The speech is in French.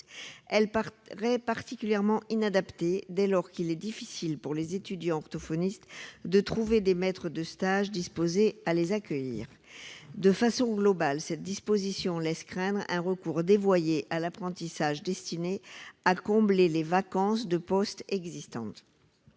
paraît particulièrement inadapté, dès lors qu'il est déjà difficile, pour les étudiants orthophonistes, de trouver des maîtres de stage disposés à l'accueillir. De façon globale, cet article laisse craindre un recours dévoyé à l'apprentissage, destiné à combler les vacances de postes. Quel est